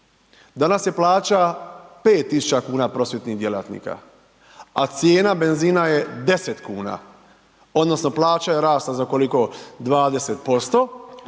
Danas je plaća 5000 kn prosvjetnih djelatnika a cijena benzina je 10 kn. Odnosno plaća je rasla, za koliko, 20%,